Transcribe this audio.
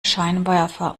scheinwerfer